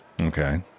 Okay